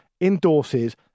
endorses